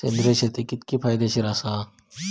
सेंद्रिय शेती कितकी फायदेशीर आसा?